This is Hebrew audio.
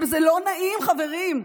זה לא נעים, חברים.